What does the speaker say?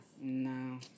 No